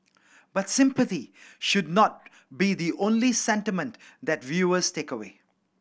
but sympathy should not be the only sentiment that viewers take away